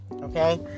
Okay